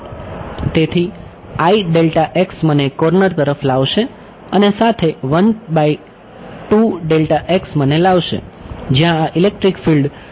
તેથી મને કોર્નર તરફ લાવશે અને સાથે મને લાવશે જ્યાં આ ઇલેક્ટ્રિક ફિલ્ડ ડિસક્રીટાઈઝડ કરવામાં આવી રહી છે